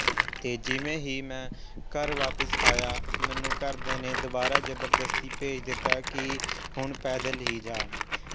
ਅਤੇ ਜਿਵੇਂ ਹੀ ਮੈਂ ਘਰ ਵਾਪਿਸ ਆਇਆ ਮੈਨੂੰ ਘਰਦਿਆਂ ਨੇ ਦੁਬਾਰਾ ਜਬਰਦਸਤੀ ਭੇਜ ਦਿੱਤਾ ਕਿ ਹੁਣ ਪੈਦਲ ਹੀ ਜਾ